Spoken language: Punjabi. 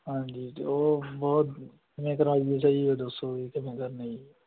ਹਾਂਜੀ ਅਤੇ ਉਹ ਬਹੁਤ ਦੱਸੋ ਜੀ ਕਿਦਾਂ ਕਰਨੀ ਅ ਜੀ